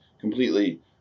completely